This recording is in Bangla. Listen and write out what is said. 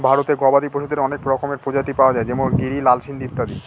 ভারতে গবাদি পশুদের অনেক রকমের প্রজাতি পাওয়া যায় যেমন গিরি, লাল সিন্ধি ইত্যাদি